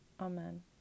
Amen